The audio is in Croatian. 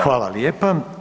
Hvala lijepa.